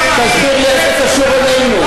תסביר לי איך זה קשור אלינו.